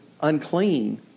unclean